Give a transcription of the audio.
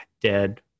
dead